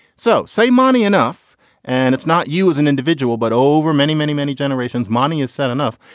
so say money enough and it's not you as an individual but over many many many generations money is said enough.